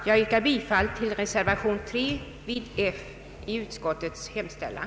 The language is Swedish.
Jag yrkar bifall till reservation 3 vid J i utskottets hemställan.